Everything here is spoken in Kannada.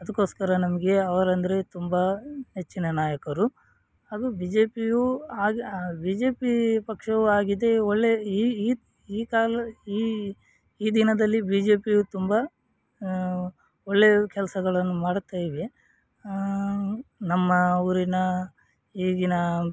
ಅದಕ್ಕೋಸ್ಕರ ನಮಗೆ ಅವರಂದರೆ ತುಂಬ ನೆಚ್ಚಿನ ನಾಯಕರು ಹಾಗೂ ಬಿ ಜೆ ಪಿಯೂ ಆಗ ಬಿ ಜೆ ಪಿ ಪಕ್ಷವು ಆಗಿದೆ ಒಳ್ಳೆಯ ಈ ಈ ಈ ಕಾಲ ಈ ಈ ದಿನದಲ್ಲಿ ಬಿ ಜೆ ಪಿಯು ತುಂಬ ಒಳ್ಳೆಯ ಕೆಲಸಗಳನ್ನು ಮಾಡುತ್ತಾ ಇವೆ ನಮ್ಮ ಊರಿನ ಈಗಿನ